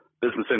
business